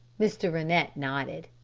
mr. rennett nodded.